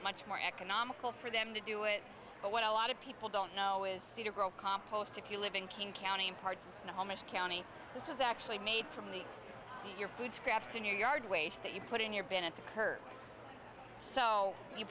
much more economical for them to do it but what a lot of people don't know is cedar grove compost if you live in king county hard to know how much county this is actually made from the eat your food scraps in your yard waste that you put in your been at the curb so you